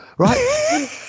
right